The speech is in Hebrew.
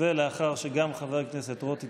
לאחר שגם חבר הכנסת רוט התיישב,